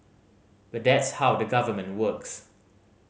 but that's how the Government works